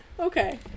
Okay